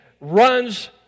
runs